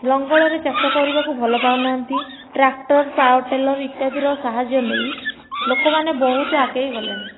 ଲଙ୍ଗଳରେ ଚାଷ କରିବାକୁ ଭଲ ପାଉନାହାନ୍ତି ଟ୍ରାକ୍ଟର ପାୱାରଟିଲର ଇତ୍ୟାଦିର ସାହାଯ୍ୟ ନେଇ ଲୋକମାନେ ବହୁତ ଆଗେଇ ଗଲେଣି